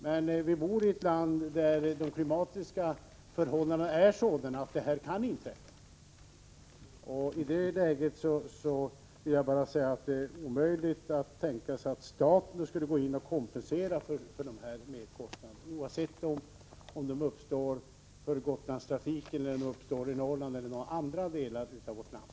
Men vi bor i ett land där de klimatiska förhållandena är sådana att detta kan inträffa. I det läget vill jag säga att det är omöjligt att tänka sig att staten skulle gå in och kompensera för dessa merkostnader — oavsett om de uppstår för Gotlandstrafiken, i Norrland eller i någon annan del av vårt land.